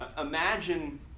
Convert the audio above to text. imagine